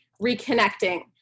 Reconnecting